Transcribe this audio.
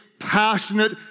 passionate